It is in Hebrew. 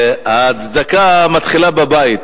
הצדקה מתחילה בבית.